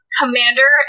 Commander